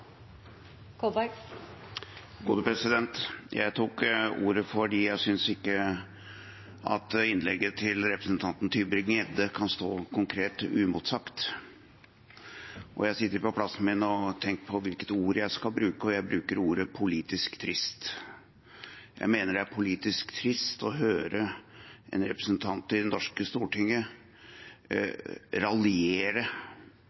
Jeg tok ordet fordi jeg ikke synes at innlegget til representanten Tybring-Gjedde kan stå uimotsagt. Jeg har sittet på plassen min og tenkt på hvilke ord jeg skal bruke, og jeg bruker ordene «politisk trist». Jeg mener det er politisk trist å høre en representant i det norske Stortinget